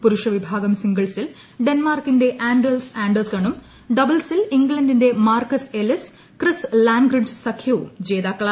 പുരുഷ വിഭാഗം സിംഗിൾസിൽ ഡെൻമാർക്ക് ആൻഡേഴ്സ് ആൻഡോർസനും ഡബിൾസിൽ ഇംഗ്ലണ്ടിന്റെ മർക്കസ് എല്ലിസ് ക്രിസ് ലാൻഗ്രിഡ്ജ് സഖ്യവും ജേതാക്കളായി